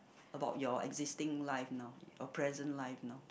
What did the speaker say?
about your existing life now your present life now